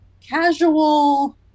casual